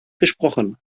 gesprochen